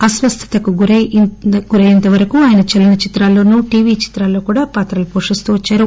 అస్పస్థతకు గురై ఇంతవరకు ఆయన చలనచిత్రాల్లోనూ టీవీ చిత్రాల్లో కూడా పాత్రలు వోషిస్తూ వచ్చారు